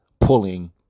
pulling